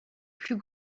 plus